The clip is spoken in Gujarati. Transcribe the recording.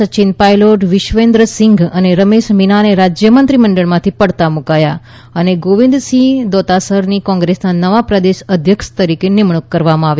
સચિન પાયલોટ વિશવેન્દ્ર સિંઘ અને રમેશ મીનાને રાજ્યમંત્રી મંડળમાંથી પડતા મુકાયા અને ગોવિંદસિંહ દોતાસરાની કોંગ્રેસના નવા પ્રદેશ અધ્યક્ષ તરીકે નિમણૂક કરવામાં આવી